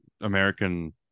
american